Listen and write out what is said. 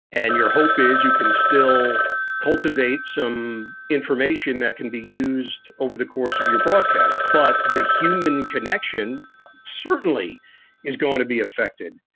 and your hope is you can still cultivate some information that can be used over the course of your broadcast. but the human connection certainly is going to be affected.